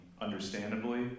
understandably